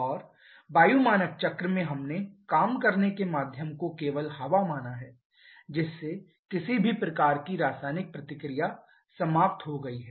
और वायु मानक चक्र में हमने काम करने के माध्यम को केवल हवा माना है जिससे किसी भी प्रकार की रासायनिक प्रतिक्रिया समाप्त हो गई है